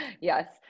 Yes